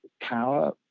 power